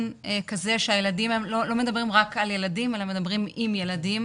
כזה שלא מדברים רק על ילדים אלא מדברים עם ילדים,